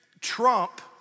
trump